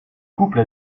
couple